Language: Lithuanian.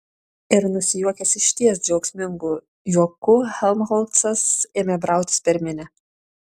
ir nusijuokęs išties džiaugsmingu juoku helmholcas ėmė brautis per minią